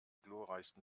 glorreichsten